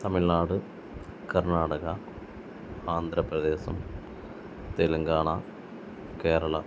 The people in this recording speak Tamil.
தமிழ்நாடு கர்நாடகா ஆந்திரபிரதேசம் தெலுங்கானா கேரளா